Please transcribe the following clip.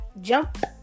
jump